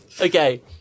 Okay